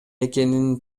экенин